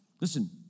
Listen